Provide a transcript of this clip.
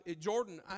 Jordan